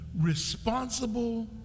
responsible